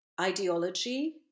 ideology